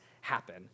happen